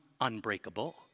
unbreakable